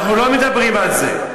אנחנו לא מדברים על זה.